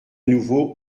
nouveau